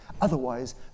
Otherwise